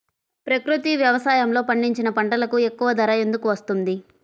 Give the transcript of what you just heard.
ప్రకృతి వ్యవసాయములో పండించిన పంటలకు ఎక్కువ ధర ఎందుకు వస్తుంది?